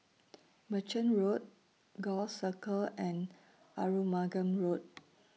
Merchant Road Gul Circle and Arumugam Road